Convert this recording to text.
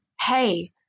hey